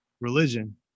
religion